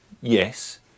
Yes